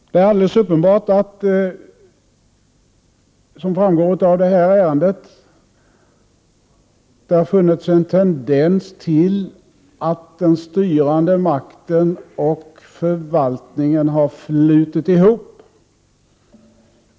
Det är alldeles uppenbart att det, som det framgår av det här ärendet, har funnits en tendens till att den styrande makten och förvaltningen har flutit ihop.